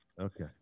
Okay